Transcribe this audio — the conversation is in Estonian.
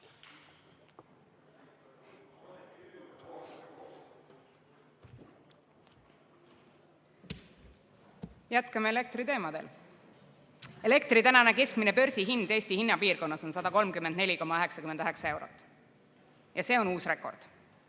Jätkame elektriteemadel. Elektri keskmine börsihind Eesti hinnapiirkonnas on täna 134,99 eurot. Ja see on uus rekord.